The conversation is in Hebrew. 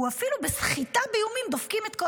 אפילו בסחיטה באיומים דופקים את כל